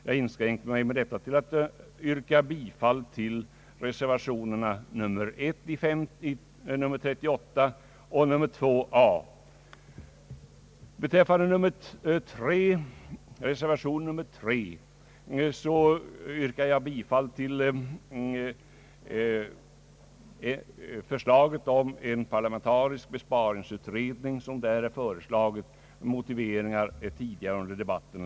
Jag kommer att yrka bifall till reservationerna 1 och 2 a vid bankoutskottets utlåtande nr 38. Jag kommer också att yrka bifall till reservation 3, vari föreslås en parlamentarisk besparingsutredning. Motiveringar har lämnats tidigare under debatten.